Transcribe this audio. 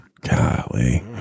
Golly